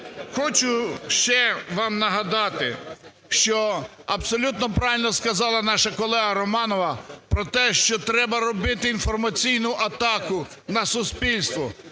Хочу ще вам нагадати, що абсолютно правильно сказала наша колега Романова про те, що треба робити інформаційну атака на суспільство